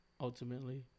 ultimately